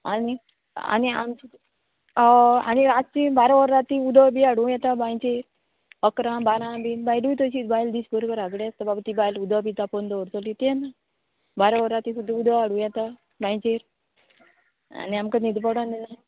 आनी आनी आमची हय आनी रातची बारा वरां राती उदक बी हाडूं येता बांयचेर अकरा बारा बीन बायलूय तशी बायल दीस भर घराकडे आसता बाबा ती बायल उदक बी तापोवन दवरतली ते ना बारा वरां ती सुद्दां उदक हाडूं येता बांयचेर आनी आमकां न्हिद पडो दिना